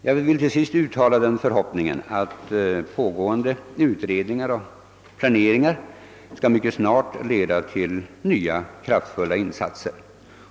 Jag vill till sist uttala den förhoppningen, att pågående utredningar och planeringsarbete mycket snart skall leda till nya kraftfulla insatser.